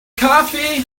coffee